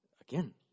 Again